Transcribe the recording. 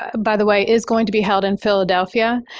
by the way, is going to be held in philadelphia.